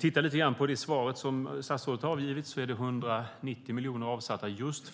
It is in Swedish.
Tittar man på svaret som statsrådet avgivit är 190 miljoner avsatta